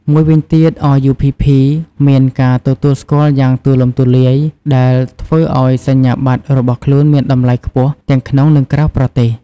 មួយវិញទៀតRUPPមានការទទួលស្គាល់យ៉ាងទូលំទូលាយ ដែលធ្វើឱ្យសញ្ញាបត្ររបស់ខ្លួនមានតម្លៃខ្ពស់ទាំងក្នុង និងក្រៅប្រទេស។